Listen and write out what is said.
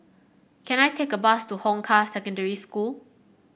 can I take a bus to Hong Kah Secondary School